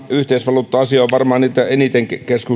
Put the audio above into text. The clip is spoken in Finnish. yhteisvaluutta asia on varmaan niitä eniten